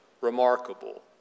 remarkable